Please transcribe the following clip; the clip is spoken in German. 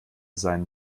seinen